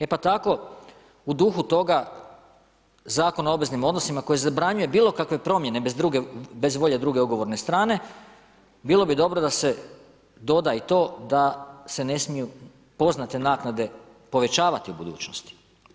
E pa tako u duhu toga Zakon o obveznim odnosima koji zabranjuje bilo kakve promjene bez volje druge ugovorne strane bilo bi dobro da se doda i to da se ne smiju poznate naknade povećavati u budućnosti.